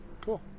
cool